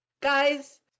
Guys